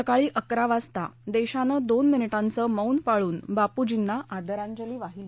सकाळी अकरा वाजता देशानं दोन मिनिटांचं मौन पाळून बापूजींना आदरांजली वाहिली